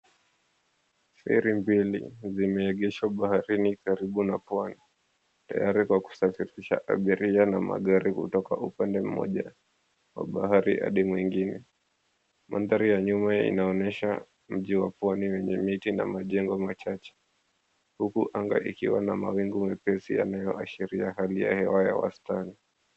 Feri mbili zimeegeshwa baharini karibu na pwani. Tayari kwa kusafirisha abiria na magari kutoka upande mmoja wa bahari hadi mwingine. Mandhari ya nyuma inaonyesha mji wa pwani wenye miti na majengo machache, huku anga ikiwa na mawingu mepesi yanayoashiria hali ya hewa ya wastani.